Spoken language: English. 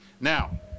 now